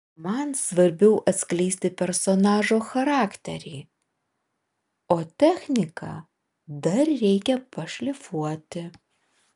man svarbiau atskleisti personažo charakterį o techniką dar reikia pašlifuoti